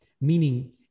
meaning